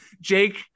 jake